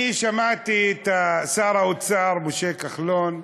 אני שמעתי את שר האוצר משה כחלון,